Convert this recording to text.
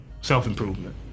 self-improvement